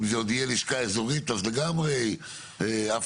אם תהיה עוד לשכה אזורית אז לגמרי אף